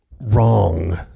wrong